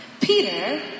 Peter